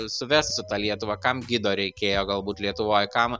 suvest su ta lietuva kam gido reikėjo galbūt lietuvoj kam